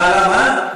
מה עלה מה?